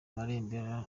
marembera